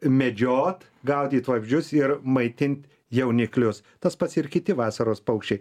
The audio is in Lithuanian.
medžiot gaudyt vabzdžius ir maitint jauniklius tas pats ir kiti vasaros paukščiai